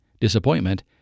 disappointment